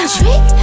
Trick